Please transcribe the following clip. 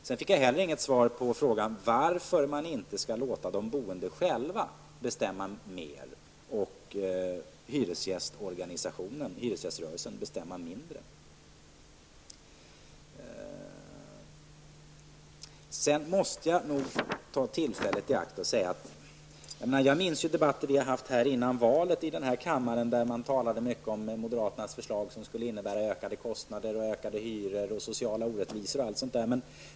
Jag fick inte heller något svar på frågan varför man inte skall låta de boende själva bestämma mera och hyresgäströrelsen bestämma mindre. Jag minns debatter som vi hade här i kammaren före valet när man talade mycket om moderaternas förslag som skulle innebära ökade kostnader, höjda hyror, sociala orättvisor m.m.